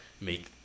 make